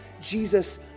Jesus